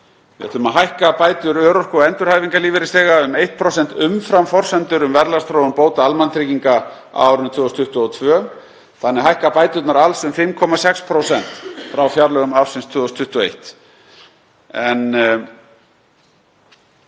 Við ætlum að hækka bætur örorku- og endurhæfingarlífeyrisþega um 1% umfram forsendur um verðlagsþróun bóta almannatrygginga á árinu 2022. Þannig hækka bæturnar alls um 5,6% frá fjárlögum ársins 2021, en